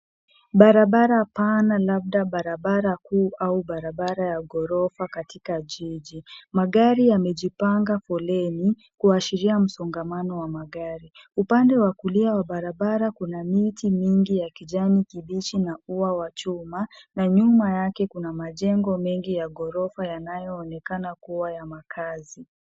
Barabara pana labda barabara kuu au barabara ya ghorofa katika jiji. Magari yamejipanga foleni, kuashiria msongamano wa magari. Upande wa kulia wa barabara kuna miti nyingi ya kijani kibichi na ua wa chuma na nyuma yake kuna majengo mengi ya ghorofa yanayoonekana kuwa ya makazi.